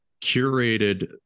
curated